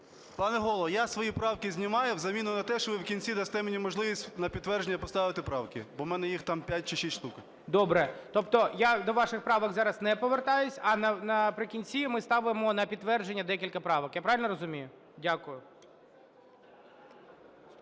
Пане Голово, я свої правки знімаю в заміну на те, що ви в кінці дасте мені можливість на підтвердження поставити правки, бо в мене їх там 5 чи 6 штук. ГОЛОВУЮЧИЙ. Добре. Тобто я до ваших правок зараз не повертаюсь, а наприкінці ми ставимо на підтвердження декілька правок, я правильно розумію? Дякую.